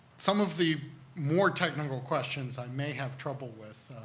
some of the more technical questions, i may have trouble with,